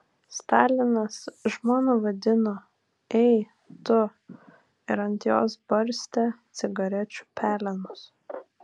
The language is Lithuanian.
stalinas žmoną vadino ei tu ir ant jos barstė cigarečių pelenus